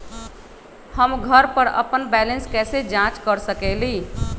हम घर पर अपन बैलेंस कैसे जाँच कर सकेली?